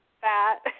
fat